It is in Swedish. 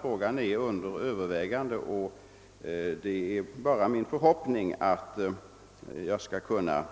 Frågan är under övervägande, och det är min förhoppning att jag skall kunna